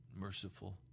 merciful